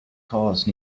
cause